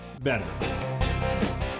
better